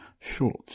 short